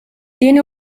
tiene